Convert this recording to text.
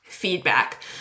Feedback